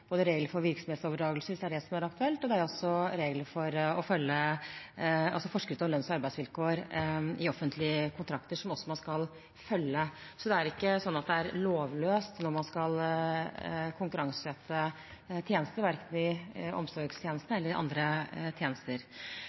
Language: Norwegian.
både regler for virksomhetsoverdragelse, hvis det er det som er aktuelt, og det er også forskrift og lønns- og arbeidsvilkår i offentlige kontrakter som man skal følge. Så det er ikke sånn at det er lovløst når man skal konkurranseutsette tjenester – verken i omsorgstjenestene eller i andre tjenester.